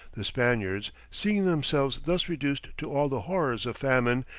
the spaniards, seeing themselves thus reduced to all the horrors of famine,